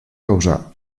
causar